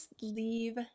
leave